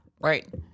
right